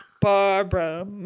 Barbara